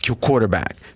quarterback